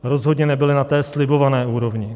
Rozhodně nebyly na té slibované úrovni.